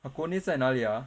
hakone 在哪里 ah